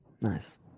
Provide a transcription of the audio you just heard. Nice